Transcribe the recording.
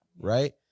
right